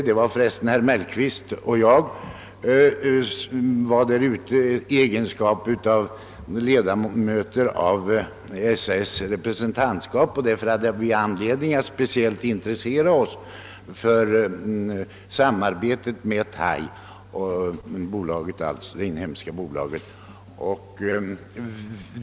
Herr Mellqvist och jag var därute i egenskap av ledamöter i SAS” representantskap och hade därför speciell anledning att intressera oss för SAS-samarbetet med det inhemska bolaget Thai.